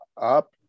up